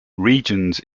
regions